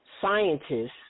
scientists